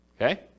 Okay